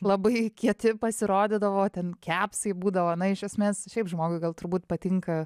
labai kieti pasirodydavo ten kepsai būdavo na iš esmės šiaip žmogui gal turbūt patinka